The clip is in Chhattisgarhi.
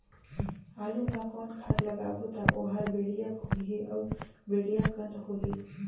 आलू मा कौन खाद लगाबो ता ओहार बेडिया भोगही अउ बेडिया कन्द होही?